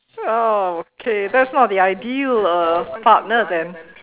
well okay that's not the ideal uh partner then